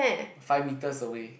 five meters away